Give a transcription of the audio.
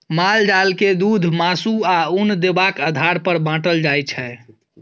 माल जाल के दुध, मासु, आ उन देबाक आधार पर बाँटल जाइ छै